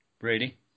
Brady